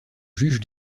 juge